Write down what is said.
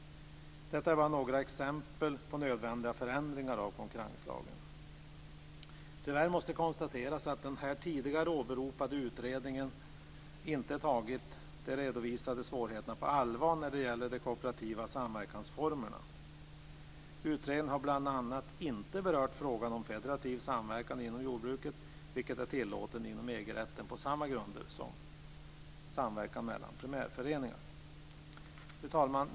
Detta är bara några exempel på nödvändiga förändringar av konkurrenslagen. Tyvärr måste konstateras att den här tidigare åberopade utredningen inte tagit de redovisade svårigheterna på allvar när det gäller de kooperativa samverkansformerna. Utredningen har bl.a. inte berört frågan om federativ samverkan inom jordbruket, vilket är tillåtet inom EG rätten på samma grunder som samverkan mellan primärföreningar. Fru talman!